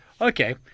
okay